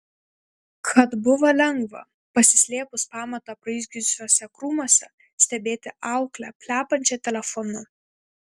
kad buvo lengva pasislėpus pamatą apraizgiusiuose krūmuose stebėti auklę plepančią telefonu